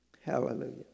hallelujah